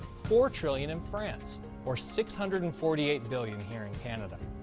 four trillion in france or six hundred and forty eight billion here in canada.